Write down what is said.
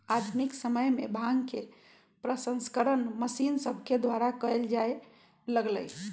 आधुनिक समय में भांग के प्रसंस्करण मशीन सभके द्वारा कएल जाय लगलइ